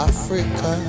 Africa